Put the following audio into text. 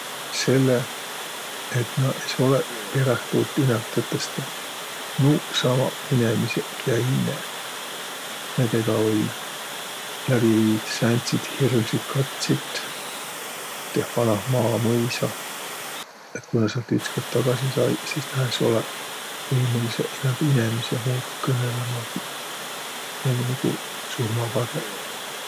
Selle, et nä es olõq peräh tuud inämb tõtõstõ nuuqsamaq inemiseq, kiä inne. Näidega oll' läbi viid sääntsit hirmsit katsit üteh vanah maamõisah, et ku nä säält ütskõrd tagasi saiq, sis nä es olõq inämb võimõlidsõq inemise muudu kõnõlõmagiq. Nä olliq nigu surmavar'oq.